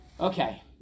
Okay